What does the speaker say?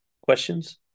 Questions